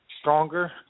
stronger